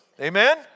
Amen